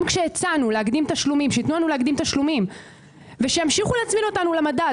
גם כשהצענו להקדים תשלומים ושימשיכו להצמיד אותנו למדד,